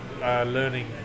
learning